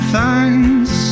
thanks